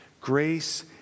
Grace